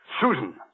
Susan